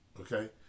Okay